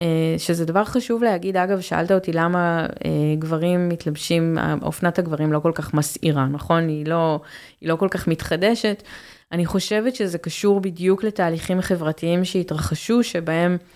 שזה דבר חשוב להגיד אגב שאלת אותי למה גברים מתלבשים אופנת הגברים לא כל כך מסעירה נכון היא לא כל כך מתחדשת אני חושבת שזה קשור בדיוק לתהליכים החברתיים שהתרחשו שבהם.